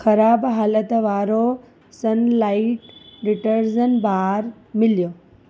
ख़राबु हालत वारो सनलाइट डिटर्जेंट बार मिलियो